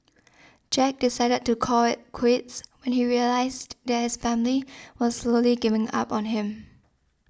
Jack decided to call it quits when he realised that his family was slowly giving up on him